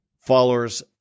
followers